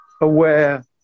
aware